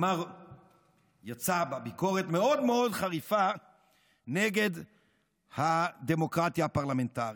יצא בביקורת מאוד מאוד חריפה נגד הדמוקרטיה הפרלמנטרית,